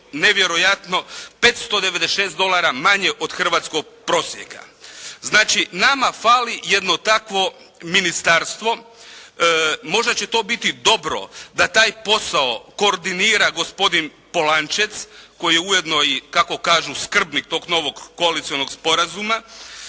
nevjerojatno 596 dolara manje od hrvatskog prosjeka. Znači nama fali jedno takvo ministarstvo. Možda će to biti dobro da taj posao koordinira gospodin Polančec koji je ujedno i kako kažu skrbnik tog novog koalicionog sporazuma